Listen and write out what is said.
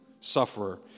sufferer